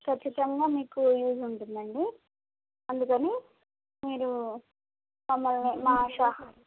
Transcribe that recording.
ఖచ్చితంగా మీకు యూజ్ ఉంటుందండి అందుకని మీరు మమ్మల్ని మా షాప్